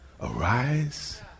arise